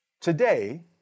Today